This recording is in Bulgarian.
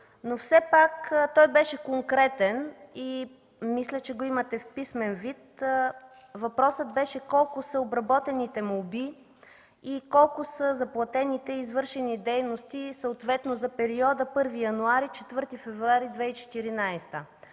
Все пак той беше конкретен и мисля, че го имате в писмен вид. Въпросът беше: колко са обработените молби и колко са заплатените и извършени дейности съответно за периода 1 януари – 4 февруари 2014